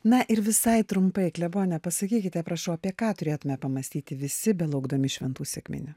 na ir visai trumpai klebone pasakykite prašau apie ką turėtume pamąstyti visi belaukdami šventų sekminių